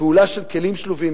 בפעולה של כלים שלובים,